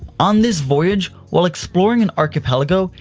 on this voyage, while exploring an archipelago,